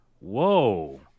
whoa